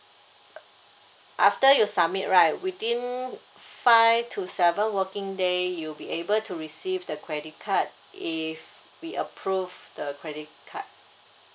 after you submit right within five to seven working day you'll be able to receive the credit card if we approve the credit card